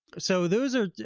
so those are,